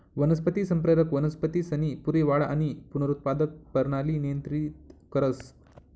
वनस्पती संप्रेरक वनस्पतीसनी पूरी वाढ आणि पुनरुत्पादक परणाली नियंत्रित करस